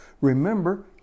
remember